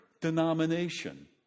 denomination